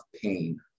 pain